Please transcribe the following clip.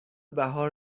بهار